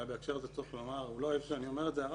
אולי בהקשר הזה צריך לומר והוא לא אוהב שאני אומר את זה,